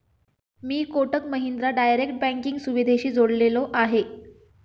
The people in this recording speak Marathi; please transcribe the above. मी कोटक महिंद्रा डायरेक्ट बँकिंग सुविधेशी जोडलेलो आहे?